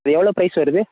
அது எவ்வளோ பிரைஸ் வருது